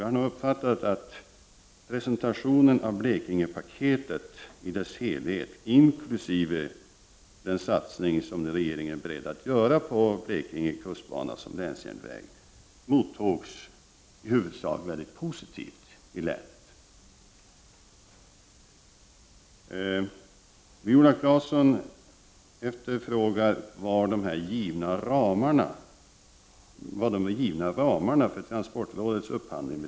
Jag uppfattade att presentationen av Blekingepaketet i dess helhet, inkl. den satsning som regeringen är beredd att göra på Blekinge kustbana som länsjärnväg, mottogs huvudsakligen positivt i länet. Viola Claesson frågar vad som menas med de givna ramarna för transportrådets upphandling.